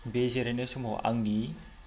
बे जिरायनाय समाव आंनि